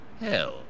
hell